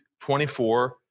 24